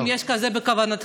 האם יש כזה בכוונתך?